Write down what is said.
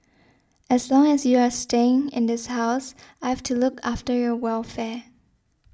as long as you are staying in this house I've to look after your welfare